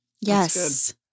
Yes